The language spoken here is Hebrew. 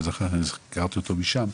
הכרתי אותו משם,